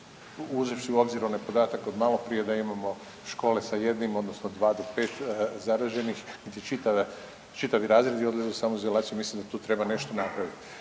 uzevši u obzir onaj podatak od malo prije da imamo škole sa jednim, odnosno dva do pet zaraženih da čitavi razredi odlaze u samoizolaciju mislim da tu treba nešto napraviti.